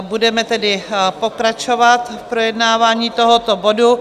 Budeme tedy pokračovat v projednávání tohoto bodu.